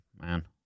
man